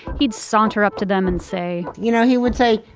he'd saunter up to them and say you know he would say,